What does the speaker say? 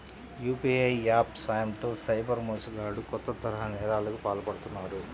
UPI apps సాయంతో cyber మోసగాళ్లు కొత్త తరహా నేరాలకు పాల్పడుతున్నారు